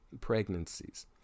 pregnancies